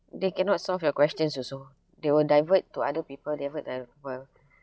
they cannot solve your questions also they will divert to other people divert to other people